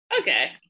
Okay